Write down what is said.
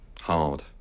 hard